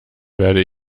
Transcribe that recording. werde